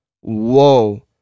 whoa